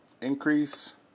increase